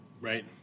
Right